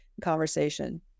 conversation